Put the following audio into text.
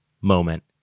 moment